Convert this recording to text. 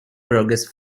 progress